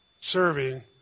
serving